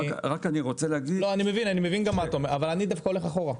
אני מבין מה אתה אומר אבל אני דווקא הולך אחורה.